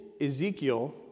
Ezekiel